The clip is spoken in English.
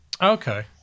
Okay